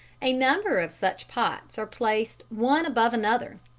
a number of such pots are placed one above another,